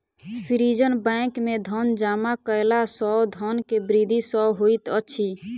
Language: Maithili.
सृजन बैंक में धन जमा कयला सॅ धन के वृद्धि सॅ होइत अछि